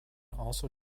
also